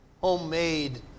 homemade